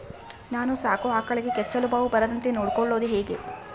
ನಾನು ಸಾಕೋ ಆಕಳಿಗೆ ಕೆಚ್ಚಲುಬಾವು ಬರದಂತೆ ನೊಡ್ಕೊಳೋದು ಹೇಗೆ?